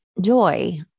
joy